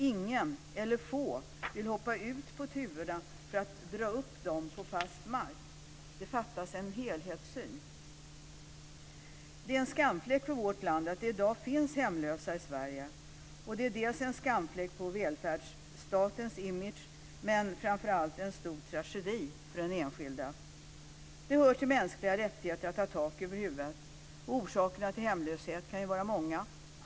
Ingen eller få vill hoppa ut på tuvorna för att dra upp dem på fast mark. Det fattas en helhetssyn. Det är en skamfläck för vårt land att det i dag finns hemlösa i Sverige. Det är en skamfläck på välfärdsstatens image, men framför allt är det en stor tragedi för den enskilda. Det hör till mänskliga rättigheter att ha tak över huvudet. Orsakerna till hemlöshet kan vara många.